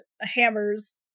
hammer's